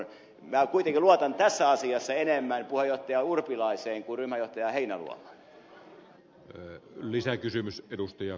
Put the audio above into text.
minä kuitenkin luotan tässä asiassa enemmän puheenjohtaja urpilaiseen kuin ryhmänjohtaja heinäluomaan